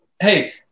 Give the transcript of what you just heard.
hey